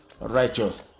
righteous